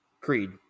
Creed